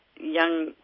young